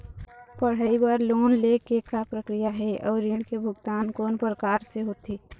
पढ़ई बर लोन ले के का प्रक्रिया हे, अउ ऋण के भुगतान कोन प्रकार से होथे?